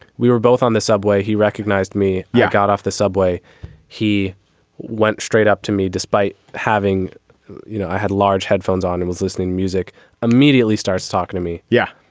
we were both on the subway. he recognized me. yeah i got off the subway he went straight up to me despite having you know i had large headphones on and was listening music immediately starts talking to me yeah.